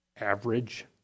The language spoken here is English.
average